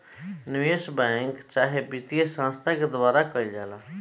निवेश बैंक चाहे वित्तीय संस्थान के द्वारा कईल जाला